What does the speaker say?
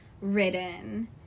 ridden